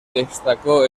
destacó